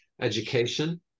education